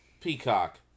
Peacock